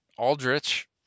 Aldrich